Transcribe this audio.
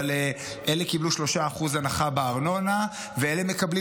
אבל אלה קיבלו 3% הנחה בארנונה ואלה מקבלים